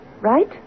Right